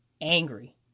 angry